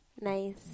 Nice